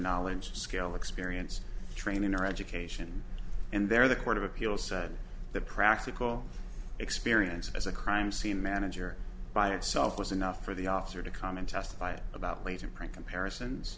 knowledge skill experience training or education and they're the court of appeal said the practical experience as a crime scene manager by itself was enough for the officer to comment testify about latent print comparisons